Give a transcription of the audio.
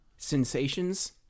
sensations